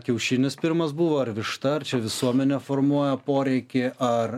kiaušinis pirmas buvo ar višta ar čia visuomenė formuoja poreikį ar